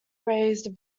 raised